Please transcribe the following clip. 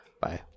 Bye